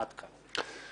עד כאן.